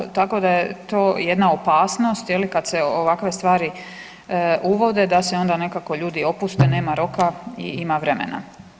Je li, tako da je to jedna opasnost, je li, kad se ovakve stvari uvode, da se onda nekako ljudi opuste, nema roka i ima vremena.